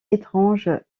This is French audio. étrange